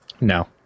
No